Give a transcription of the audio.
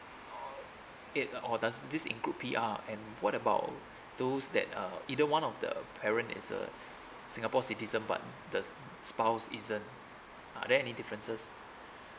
it or does this include P_R um what about those that uh either one of the parent is uh singapore citizen but the spouse isn't are there any differences